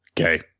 okay